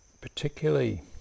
particularly